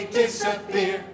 disappear